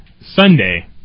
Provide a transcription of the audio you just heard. Sunday